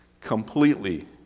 completely